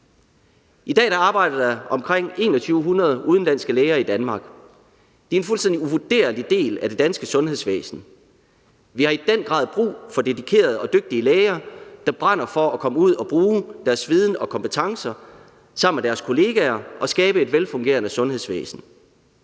I dag arbejder der omkring 2.100 udenlandske læger i Danmark. De er en fuldstændig uvurderlig del af det danske sundhedsvæsen. Vi har i den grad brug for dedikerede og dygtige læger, der brænder for at komme ud og bruge deres viden og kompetencer sammen med deres kollegaer og skabe et velfungerende sundhedsvæsen.